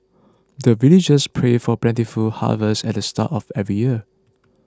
the villagers pray for plentiful harvest at the start of every year